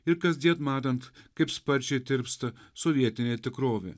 ir kasdien matant kaip sparčiai tirpsta sovietinė tikrovė